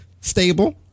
stable